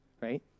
right